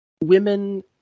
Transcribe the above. women